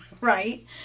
Right